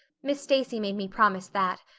miss stacy made me promise that.